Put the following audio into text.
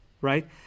right